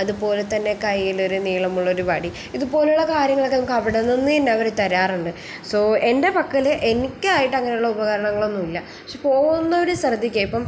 അതുപോലെ തന്നെ കയ്യിലൊരു നീളമുള്ളൊരു വടി ഇതുപോലെയുള്ള കാര്യങ്ങളൊക്കെ നമുക്കവിടെ നിന്നു തന്നെ അവർ തരാറുണ്ട് സൊ എന്റെ പക്കൽ എനിക്കായിട്ട് അങ്ങനെയുള്ള ഉപകരണങ്ങളൊന്നുമില്ല പക്ഷെ പോകുന്നവർ ശ്രദ്ധിക്കുക ഇപ്പം